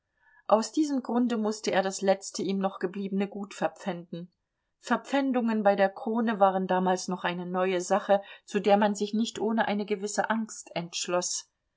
aus diesem grunde mußte er das letzte ihm noch gebliebene gut verpfänden verpfändungen bei der krone waren damals noch eine neue sache zu der man sich nicht ohne eine gewisse angst entschloß